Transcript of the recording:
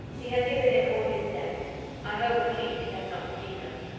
he has given in all his debts i hope at least he has not deceived us.